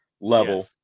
level